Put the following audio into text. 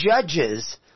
judges